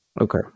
Okay